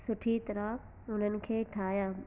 सुठी तराह हुननि खे ठाहिया